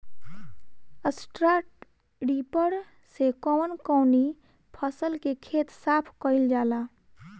Straw reaper से कवन कवनी फसल के खेत साफ कयील जाला?